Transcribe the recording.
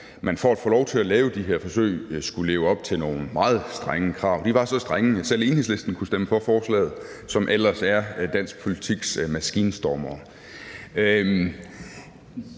at få lov til at lave de her forsøg skulle leve op til nogle meget strenge krav. De var så strenge, at selv Enhedslisten, som ellers er dansk politiks maskinstormere,